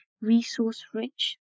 resource-rich